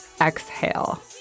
exhale